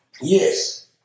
Yes